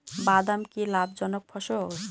বাদাম কি লাভ জনক ফসল?